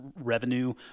revenue